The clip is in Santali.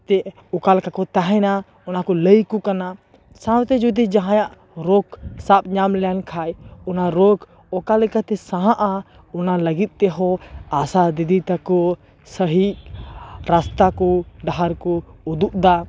ᱛᱮ ᱚᱠᱟᱞᱮᱠᱟ ᱠᱚ ᱛᱟᱦᱮᱸᱱᱟ ᱚᱱᱟ ᱠᱚ ᱞᱟᱹᱭ ᱟᱠᱚ ᱠᱟᱱᱟ ᱥᱟᱶᱛᱮ ᱡᱩᱫᱤ ᱡᱟᱦᱟᱭᱟᱜ ᱨᱳᱜ ᱥᱟᱵᱽ ᱧᱟᱢ ᱞᱮᱱᱠᱷᱟᱱ ᱚᱱᱟ ᱨᱳᱜ ᱚᱠᱟ ᱞᱮᱠᱟᱛᱮ ᱥᱟᱦᱟᱜᱼᱟ ᱚᱱᱟ ᱞᱟᱹᱜᱤᱫ ᱛᱮᱦᱚᱸ ᱟᱥᱟ ᱫᱤᱫᱤ ᱛᱟᱠᱚ ᱥᱟᱹᱦᱤ ᱨᱟᱥᱛᱟ ᱠᱚ ᱰᱟᱦᱟᱨ ᱠᱚ ᱩᱫᱩᱜ ᱮᱫᱟ